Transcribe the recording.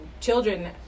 children